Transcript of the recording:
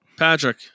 Patrick